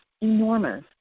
enormous